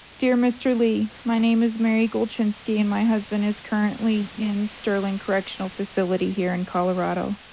dear mr. lee, my name is mary golchinsky. and my husband is currently in sterling correctional facility here in colorado.